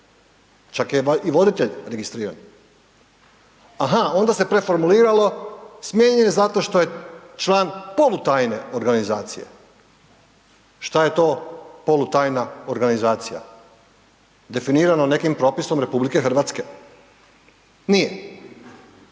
čak je i voditelj registriran. Aha, onda se preformuliralo, smijenjen je zato što je član polutajne organizacije. Šta je to polutajna organizacija? Definirano nekim propisom RH? Nije.